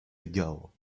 ago